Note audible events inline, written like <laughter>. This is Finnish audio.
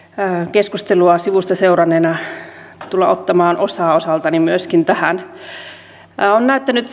keskustelua sivusta seuranneena tulla ottamaan osaa osaltani myöskin tähän on on näyttänyt <unintelligible>